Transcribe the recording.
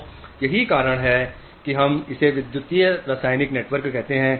तो यही कारण है कि हम इसे विद्युत रासायनिक नेटवर्क कहते हैं